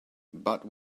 but